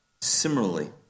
similarly